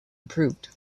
improved